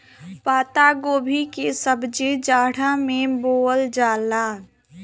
पातगोभी के सब्जी जाड़ा में बोअल जाला